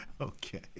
Okay